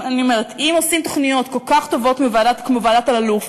אני אומרת שאם עושים תוכניות כל כך טובות כמו ועדת אלאלוף,